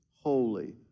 holy